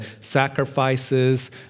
sacrifices